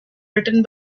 written